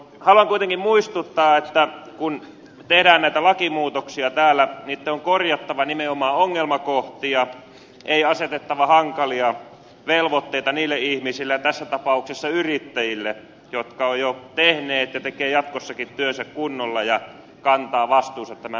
haluan kuitenkin muistuttaa että kun tehdään näitä lakimuutoksia täällä niitten on korjattava nimenomaan ongelmakohtia ei asetettava hankalia velvoitteita niille ihmisille tässä tapauksessa yrittäjille jotka ovat jo tehneet ja tekevät jatkossakin työnsä kunnolla ja kantavat vastuunsa tämä